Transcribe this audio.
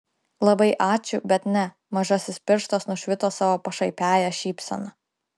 labai ačiū bet ne mažasis pirštas nušvito savo pašaipiąja šypsena